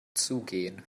zugehen